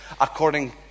According